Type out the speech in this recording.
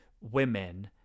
women